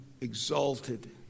exalted